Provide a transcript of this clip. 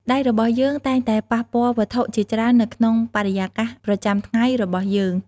ដៃរបស់យើងតែងតែប៉ះពាល់វត្ថុជាច្រើននៅក្នុងបរិយាកាសប្រចាំថ្ងៃរបស់យើង។